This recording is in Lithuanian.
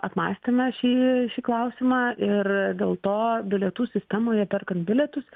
apmąstėme šį šį klausimą ir dėl to bilietų sistemoje perkant bilietus